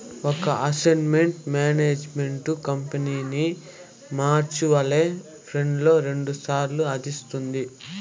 ఒక asset management company mutual funds లో రెండు ప్లాన్లు అందిస్తుండాది